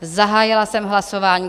Zahájila jsem hlasování.